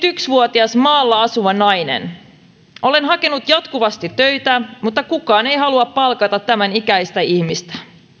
vuotias maalla asuva nainen olen hakenut jatkuvasti töitä mutta kukaan ei halua palkata tämän ikäistä ihmistä